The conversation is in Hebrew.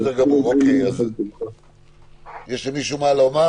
האם יש למישהו מה לומר?